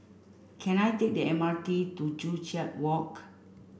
can I take the M R T to Joo Chiat Walk